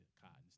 Cotton's